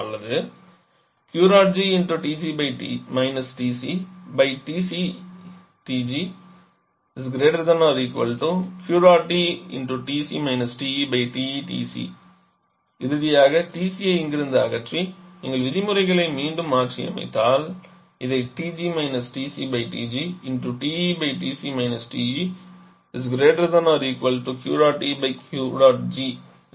அல்லது இறுதியாக TC ஐ இங்கிருந்து அகற்றி நீங்கள் விதிமுறைகளை மீண்டும் மாற்றியமைத்தால் இதை என எழுதலாம்